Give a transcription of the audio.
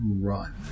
run